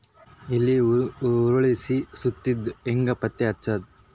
ಎಲಿ ಸುರಳಿ ಸುತ್ತಿದ್ ಹೆಂಗ್ ಪತ್ತೆ ಹಚ್ಚದ?